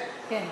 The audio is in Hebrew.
כן.